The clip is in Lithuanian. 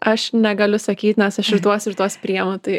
aš negaliu sakyt nes aš ir tuos ir tuos priemu tai